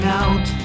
out